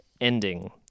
ending